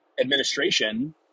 administration